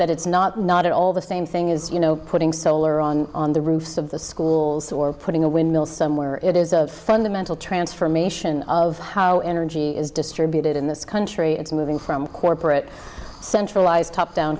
that it's not not at all the same thing is you know putting solar on the roofs of the schools or putting a windmill somewhere it is a fundamental transformation of how energy is distributed in this country it's moving from corporate centralized top down